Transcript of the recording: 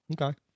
Okay